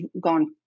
gone